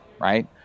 Right